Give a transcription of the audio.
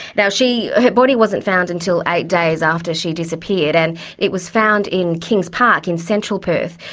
now she, her body wasn't found until eight days after she disappeared, and it was found in kings park in central perth,